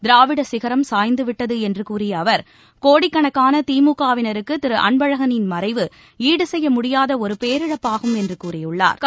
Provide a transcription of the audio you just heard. திராவிட சிகரம் சாய்ந்துவிட்டது என்று கூறிய அவர் கோடிக்கணக்கான திமுக வினருக்கு திரு அன்பழகனின் மறைவு ஈடு செய்ய முடியாத ஒரு பேரிழப்பாகும் என்றும் கூறியுள்ளாா்